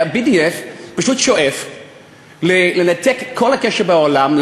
ה-BDS פשוט שואף לנתק את כל הקשרים בעולם,